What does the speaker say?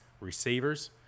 receivers